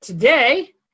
Today